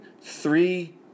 three